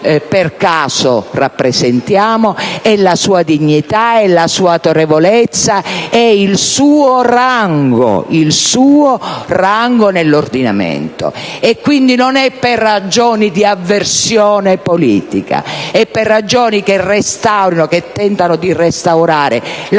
per caso, rappresentiamo: è la sua dignità, la sua autorevolezza, il suo rango, il suo rango nell'ordinamento. Non è quindi per ragioni di avversione politica: è per ragioni che tentano di restaurare la